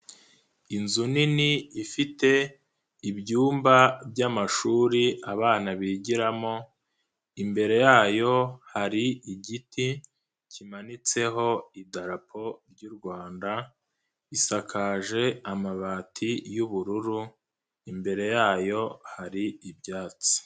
Inzu nini ifite ibyumba by'amashuri abana bigiramo, imbere yayo hari igiti kimanitseho idarapo ry'u Rwanda, isakaje amabati y'ubururu, imbere yayo hari ibyatsi.